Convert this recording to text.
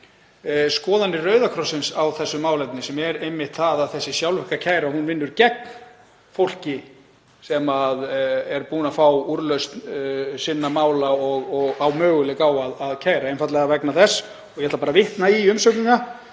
skoðanir Rauða krossins á þessu málefni, sem eru einmitt þær að þessi sjálfvirka kæra vinni gegn fólki sem búið er að fá úrlausn sinna mála og á möguleika á að kæra einfaldlega vegna þess. Ég ætla að vitna í umsögnina: